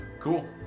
Cool